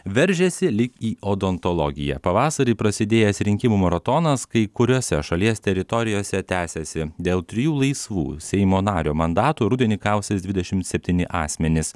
veržiasi lyg į odontologiją pavasarį prasidėjęs rinkimų maratonas kai kuriose šalies teritorijose tęsiasi dėl trijų laisvų seimo nario mandatų rudenį kausis dvidešimt septyni asmenys